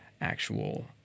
actual